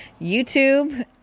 YouTube